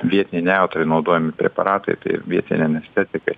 vietinei nejautrai naudojami preparatai tai vietiniai anestetikai